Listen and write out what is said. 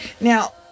now